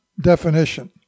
definition